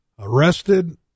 Arrested